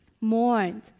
mourned